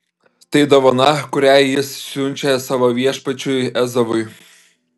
tai dovana kurią jis siunčia savo viešpačiui ezavui